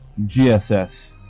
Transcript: GSS